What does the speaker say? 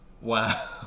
Wow